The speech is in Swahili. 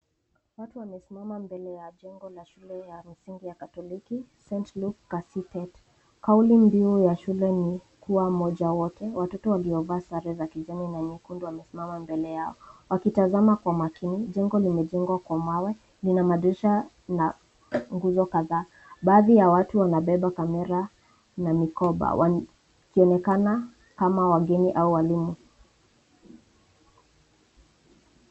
Watu wamesimama mbele ya jengo la shule ya msingi ya Katoliki, St. Luke Kasitet . Kauli mbiu ya shule ni kuwa moja wote. Watoto waliovaa sare za kijani na nyekundu wamesimama mbele yao, wakitazama kwa makini. Jengo limejengwa kwa mawe, lina madirisha na nguzo kadhaa. Baadhi ya watu wanabeba kamera na mikoba, wakionekana kama wageni au walimu.